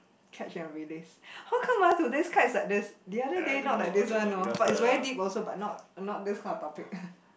catch and release how come ah today's card is like this the other day not like this one know but is very deep also but not not this kind of topic